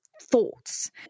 thoughts